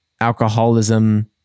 alcoholism